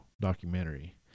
documentary